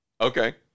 Okay